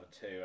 two